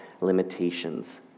Limitations